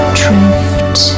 drift